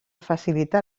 facilitar